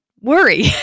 worry